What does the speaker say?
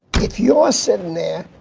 if you are sitting there,